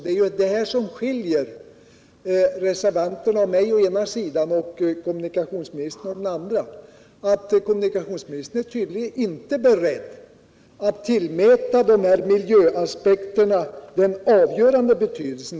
Det är detta som skiljer reservanterna och mig å ena sidan och kommunikationsministern å den andra. Kommunikationsministern är tydligen inte beredd att tillmäta miljöaspekterna den avgörande betydelsen.